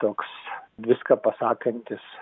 toks viską pasakantis